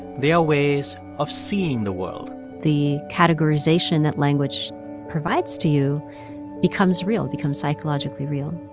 they are ways of seeing the world the categorization that language provides to you becomes real becomes psychologically real